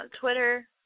Twitter